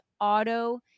auto